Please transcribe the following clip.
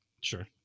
Sure